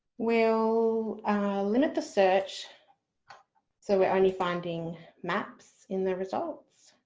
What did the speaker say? we'll limit the search so we're only finding maps in the results,